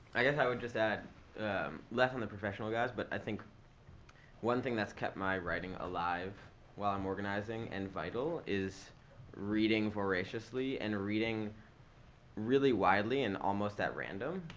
i guess i would just add less on the professional guys, but i think one thing that's kept my writing alive while i'm organizing and vital is reading voraciously and reading really widely and almost at random.